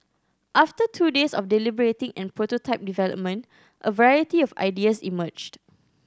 after two days of deliberating and prototype development a variety of ideas emerged